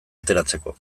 ateratzeko